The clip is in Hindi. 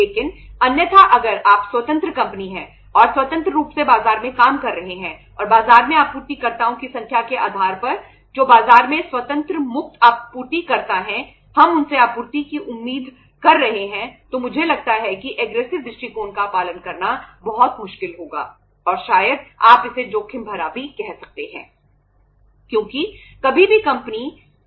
लेकिन अन्यथा अगर आप स्वतंत्र कंपनी हैं और स्वतंत्र रूप से बाजार में काम कर रहे हैं और बाजार में आपूर्तिकर्ताओं की संख्या के आधार पर जो बाजार में स्वतंत्र मुक्त आपूर्तिकर्ता हैं हम उनसे आपूर्ति की उम्मीद कर रहे हैं तो मुझे लगता है कि एग्रेसिव का स्तर बहुत कम है